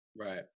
Right